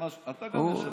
לגנוב לדוד.